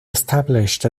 established